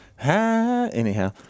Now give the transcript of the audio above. Anyhow